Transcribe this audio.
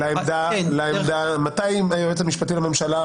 דיון המשך,